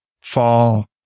Fall